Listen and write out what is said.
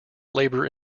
labour